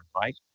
Right